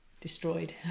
destroyed